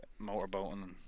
motorboating